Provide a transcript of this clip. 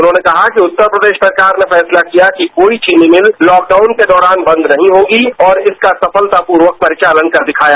उन्होंने कहा कि उत्तर प्रदेश सरकार ने प्रैसला किया कि कोई चीनी मिल लॉक्बाउन के दौरान बंद नहीं होगी और इसका सफलतापूर्वक परिचालन कर दिखाया